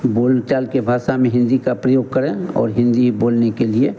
बोल चाल की भाषा में हिन्दी का प्रयोग करें और हिन्दी ही बोलने के लिए